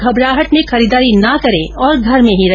घबराहट में खरीदारी ना करें और घर में ही रहे